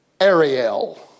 Ariel